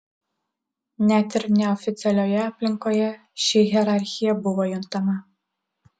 net ir neoficialioje aplinkoje ši hierarchija buvo juntama